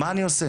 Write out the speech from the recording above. מה אני עושה?